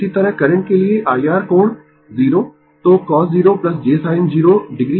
इसी तरह करंट के लिए IR कोण 0 तो cos 0 j sin 0 o